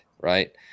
right